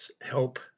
help